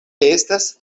estas